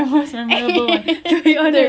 jawapan saya is the dua dollar